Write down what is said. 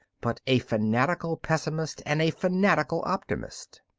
but a fanatical pessimist and a fanatical optimist?